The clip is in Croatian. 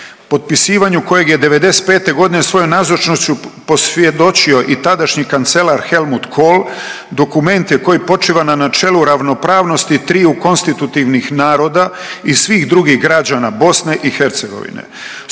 potpisivanju kojeg je 95. godine svojom nazočnošću posvjedočio i tadašnji kancelar Helmut Kohl dokument je koji počiva na načelu ravnopravnosti triju konstitutivnih naroda i svih drugih građana Bosne i Hercegovine.